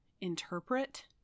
interpret